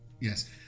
Yes